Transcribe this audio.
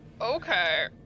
Okay